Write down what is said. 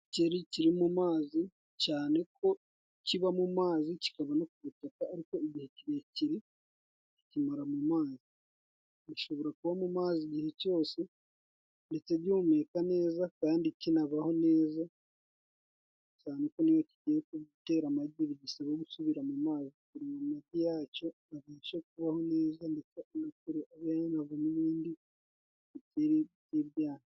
Igikeri kiri mu mazi, cyane ko kiba mu mazi kikaba no ku butaka, ariko igihe kirekire kikimara mu mazi. Gishobora kuba mu mazi igihe cyose ndetse gihumeka neza, kandi kinabaho neza, cyane ko n'iyo kigiye gutera amagi bigisaba gusubira mu mazi, kugira ngo amagi ya cyo abashe kubaho neza, ndetse avemo n'ibindi bikeri by'ibyana.